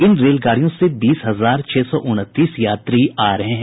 इन रेलगाड़ियों से बीस हजार छह सौ उनतीस यात्री आ रहे हैं